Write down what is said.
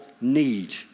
need